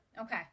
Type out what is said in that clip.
Okay